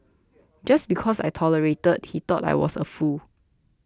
just because I tolerated he thought I was a fool